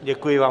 Děkuji vám.